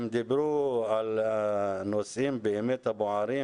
הם דיברו על הנושאים באמת הבוערים,